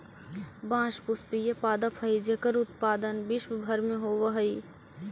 बाँस पुष्पीय पादप हइ जेकर उत्पादन विश्व भर में होवऽ हइ